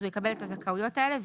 יקבל את הזכאויות האלה.